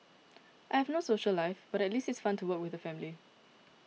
I have no social life but at least it's fun to work with the family